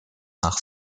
nach